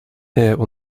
will